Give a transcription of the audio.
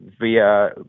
via